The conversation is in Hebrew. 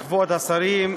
כבוד השרים,